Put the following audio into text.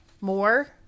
more